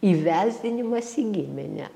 įvesdinimas į giminę